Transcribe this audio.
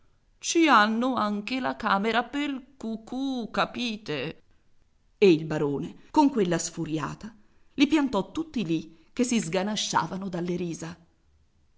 ci hanno anche la camera pel cucù capite e il barone con quella sfuriata li piantò tutti lì che si sganasciavano dalle risa